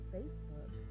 Facebook